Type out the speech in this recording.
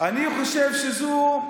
אפשר לשאול אותו.